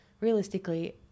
realistically